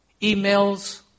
emails